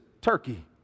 turkey